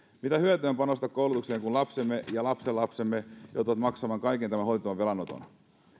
mitä hyötyä on panostaa koulutukseen kun lapsemme ja lapsenlapsemme joutuvat maksamaan kaiken tämän holtittoman velanoton